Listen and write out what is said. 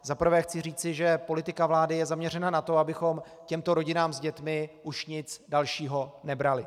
Za prvé chci říci, že politika vlády je zaměřena na to, abychom těmto rodinám s dětmi už nic dalšího nebrali.